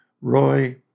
Roy